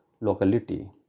locality